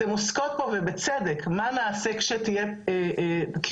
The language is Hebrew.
אתן עוסקות ובצדק, מה נעשה כשתהיה תלונה,